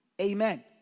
Amen